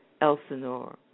Elsinore